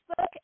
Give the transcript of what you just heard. Facebook